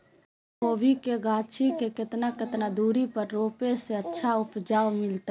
कोबी के गाछी के कितना कितना दूरी पर रोपला से अच्छा उपज मिलतैय?